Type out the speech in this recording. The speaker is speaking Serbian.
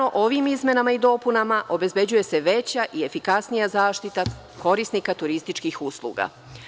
Ovim izmenama i dopunama obezbeđuje se veća i efikasnija zaštita korisnika turističkih usluga.